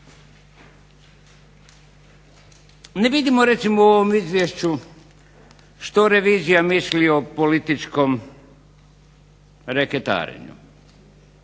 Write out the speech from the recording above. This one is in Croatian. Ne vidimo recimo u ovom izvješću što revizija misli o političkom reketarenju,